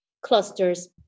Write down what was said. clusters